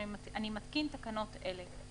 אני מתקין תקנות אלה: